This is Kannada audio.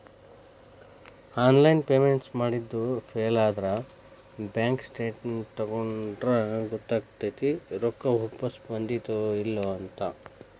ಆನ್ಲೈನ್ ಪೇಮೆಂಟ್ಸ್ ಮಾಡಿದ್ದು ಫೇಲಾದ್ರ ಬ್ಯಾಂಕ್ ಸ್ಟೇಟ್ಮೆನ್ಸ್ ತಕ್ಕೊಂಡ್ರ ಗೊತ್ತಕೈತಿ ರೊಕ್ಕಾ ವಾಪಸ್ ಬಂದೈತ್ತೋ ಇಲ್ಲೋ ಅಂತ